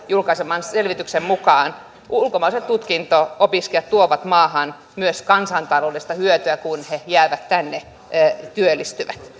julkaiseman selvityksen mukaan ulkomaiset tutkinto opiskelijat tuovat maahan myös kansantaloudellista hyötyä kun he jäävät tänne ja työllistyvät